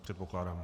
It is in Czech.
Předpokládám.